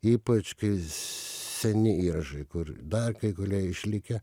ypač kai seni įrašai kur dar kai kurie išlikę